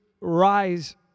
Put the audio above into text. rise